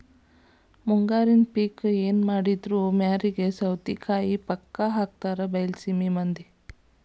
ಮುಂಗಾರಿ ಪಿಕ್ ಎನಮಾಡಿದ್ರು ಮ್ಯಾರಿಗೆ ಸೌತಿಕಾಯಿ ಪಕ್ಕಾ ಹಾಕತಾರ ಬೈಲಸೇಮಿ ಮಂದಿ